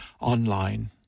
online